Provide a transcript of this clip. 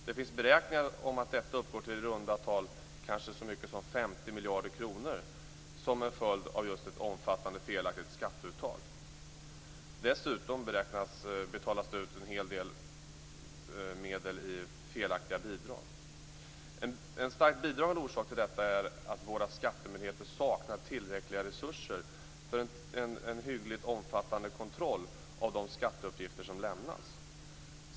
Det finns beräkningar av att detta uppgår till i runda tal så mycket som 50 miljarder kronor som en följd just av ett omfattande felaktigt skatteuttag. Dessutom betalas det ut en hel del medel i felaktiga bidrag. En starkt bidragande orsak till detta är att våra skattemyndigheter saknar tillräckliga resurser för en hyggligt omfattande kontroll av de skatteuppgifter som lämnas.